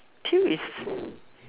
two is